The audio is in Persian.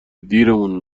دیرمون